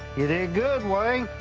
you did good, wayne.